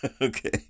okay